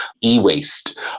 e-waste